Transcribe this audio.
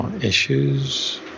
issues